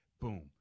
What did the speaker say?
boom